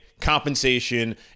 compensation